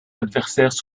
adversaires